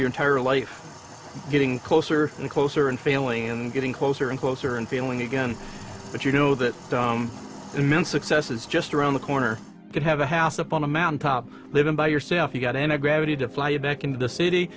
your entire life getting closer and closer and failing and getting closer and closer and failing again but you know that immense success is just around the corner you'd have a house up on a mountain top living by yourself you got any gravity to fly back into the city